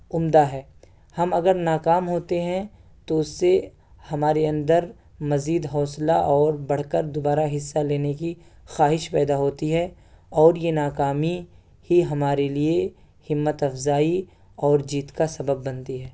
عمدہ ہے ہم اگر ناکام ہوتے ہیں تو اس سے ہمارے اندر مزید حوصلہ اور بڑھ کر دوبارہ حصہ لینے کی خواہش پیدا ہوتی ہے اور یہ ناکامی ہی ہمارے لیے ہمت افزائی اور جیت کا سبب بنتی ہے